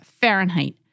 Fahrenheit